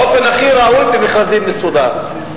באופן הכי ראוי, במכרזים מסודרים.